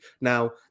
Now